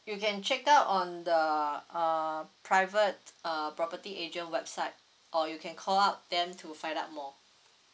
you can check out on the uh private uh property agent website or you can call up them to find out more